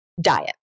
Diet